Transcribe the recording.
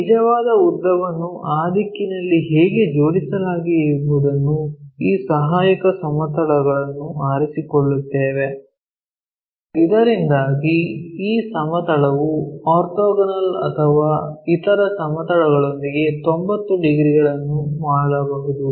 ಈ ನಿಜವಾದ ಉದ್ದವನ್ನು ಆ ದಿಕ್ಕಿನಲ್ಲಿ ಹೇಗೆ ಜೋಡಿಸಲಾಗಿದೆ ಎಂಬುದನ್ನು ಈ ಸಹಾಯಕ ಸಮತಲವನ್ನು ಆರಿಸಿಕೊಳ್ಳುತ್ತೇವೆ ಇದರಿಂದಾಗಿ ಈ ಸಮತಲವು ಆರ್ಥೋಗೋನಲ್ ಅಥವಾ ಇತರ ಸಮತಲಗಳೊಂದಿಗೆ 90 ಡಿಗ್ರಿಗಳನ್ನು ಮಾಡಬಹುದು